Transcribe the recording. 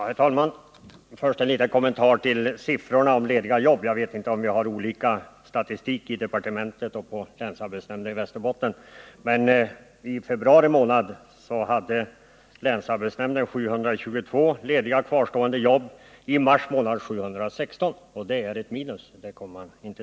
Herr talman! Först en liten kommentar till siffrorna över lediga jobb. Jag vet inte om man har olika statistik i departementet och i länsarbetsnämnden i Västerbotten, men i februari månad hade länsarbetsnämnden 722 lediga jobb och i mars 716. Det går inte att komma ifrån att det är ett minus.